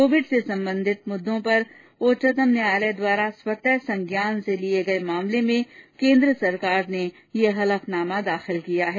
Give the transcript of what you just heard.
Covid से संबंधित मुद्दों पर उच्चतम न्यायालय द्वारा स्वतः संज्ञान से लिये गये मामले में केन्द्र सरकार ने हलफनामा दाखिल किया है